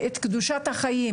את קדושת החיים,